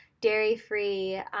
dairy-free